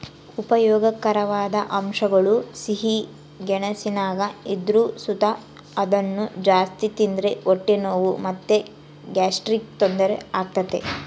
ಉಪಯೋಗಕಾರವಾದ ಅಂಶಗುಳು ಸಿಹಿ ಗೆಣಸಿನಾಗ ಇದ್ರು ಸುತ ಅದುನ್ನ ಜಾಸ್ತಿ ತಿಂದ್ರ ಹೊಟ್ಟೆ ನೋವು ಮತ್ತೆ ಗ್ಯಾಸ್ಟ್ರಿಕ್ ತೊಂದರೆ ಆಗ್ತತೆ